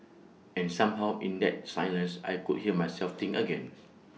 and somehow in that silence I could hear myself think again